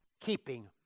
keeping